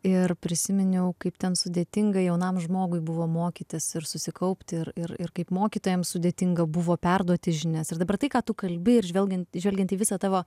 ir prisiminiau kaip ten sudėtinga jaunam žmogui buvo mokytis ir susikaupti ir ir ir kaip mokytojams sudėtinga buvo perduoti žinias ir dabar tai ką tu kalbi ir žvelgiant žvelgiant į visą tavo